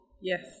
yes